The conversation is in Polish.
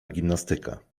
gimnastyka